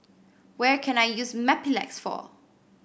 what can I use Mepilex for